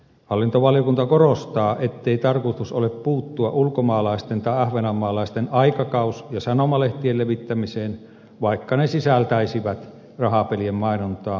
hallintovaliokunta korostaa ettei tarkoitus ole puuttua ulkomaalaisten tai ahvenanmaalaisten aikakaus ja sanomalehtien levittämiseen vaikka ne sisältäisivät rahapelien mainontaa